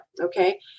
Okay